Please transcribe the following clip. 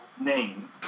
name